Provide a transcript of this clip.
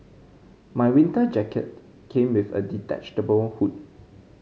my winter jacket came with a detachable hood